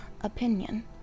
opinion